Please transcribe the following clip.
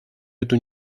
эту